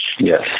Yes